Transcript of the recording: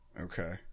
Okay